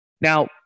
Now